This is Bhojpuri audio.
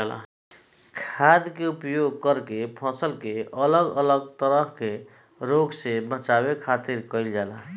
खाद्य के उपयोग करके फसल के अलग अलग तरह के रोग से बचावे खातिर कईल जाला